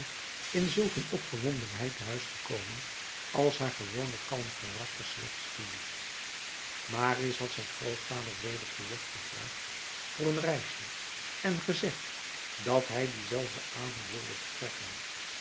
in zulk een opgewondenheid tehuis gekomen als haar gewoonlijk kalm karakter slechts toeliet marius had zijn grootvader weder verlof gevraagd voor een reisje en gezegd dat hij dienzelfden avond wilde vertrekken